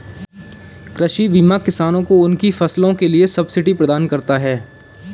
कृषि बीमा किसानों को उनकी फसलों के लिए सब्सिडी प्रदान करता है